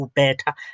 better